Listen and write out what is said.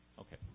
Okay